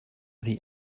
the